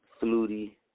Flutie